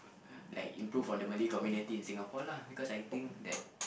like improve on the Malay community in Singapore lah because I think that